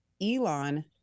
Elon